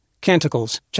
Canticles